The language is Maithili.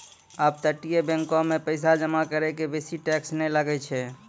अपतटीय बैंको मे पैसा जमा करै के बेसी टैक्स नै लागै छै